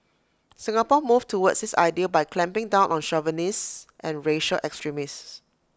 Singapore moved towards this ideal by clamping down on chauvinists and racial extremists